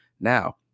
Now